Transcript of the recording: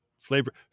flavor